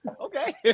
okay